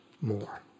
more